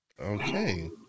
Okay